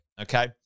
okay